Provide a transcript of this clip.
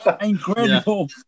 incredible